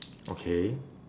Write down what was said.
okay